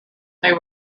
they